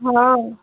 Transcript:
ହଁ